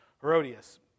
Herodias